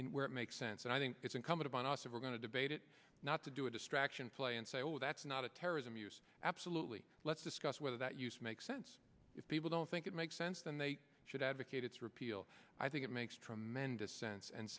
tools where it makes sense and i think it's incumbent upon us if we're going to debate it not to do a distraction play and say oh that's not a terrorism use absolutely let's discuss whether that use makes sense if people don't think it makes sense then they should advocate its repeal i think it makes tremendous sense and